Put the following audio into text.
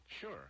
Sure